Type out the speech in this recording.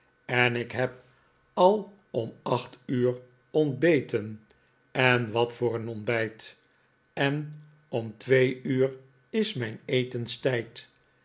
en ik neb al om acht uur ontbeten en wat voor ontbijt en om twee uur is mijn etenstijd